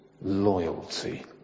loyalty